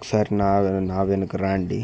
ఒకసారి నా నా వెనుక రండి